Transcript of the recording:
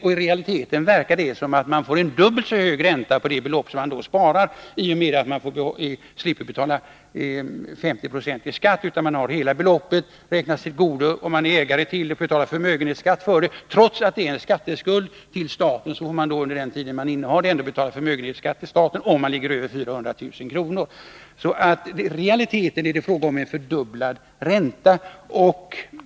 I realiteten verkar det så, att man får en dubbelt så hög ränta på det belopp som man sparar i och med att man slipper betala 50 20 i skatt. Hela det belopp man är ägare till får man betala förmögenhetsskatt för, trots att det ingår en skatteskuld till staten, om det ligger över 400 000 kr. I realiteten är det alltså fråga om en fördubblad ränta.